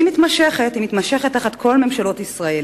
והיא מתמשכת, היא מתמשכת תחת כל ממשלות ישראל.